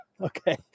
Okay